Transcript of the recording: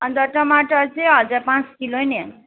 अन्त टमाटर चाहिँ हजुर पाँच किलो नै